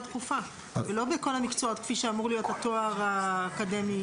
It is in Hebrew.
דחופה ולא בכל המקצועות כפי שאמור להיות התואר האקדמי.